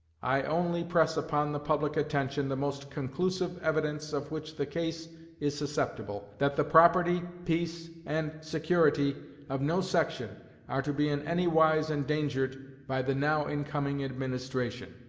i only press upon the public attention the most conclusive evidence of which the case is susceptible, that the property, peace, and security of no section are to be in anywise endangered by the now incoming administration.